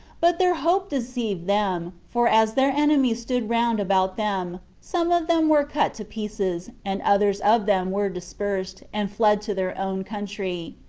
but their hope deceived them for as their enemies stood round about them, some of them were cut to pieces, and others of them were dispersed, and fled to their own country.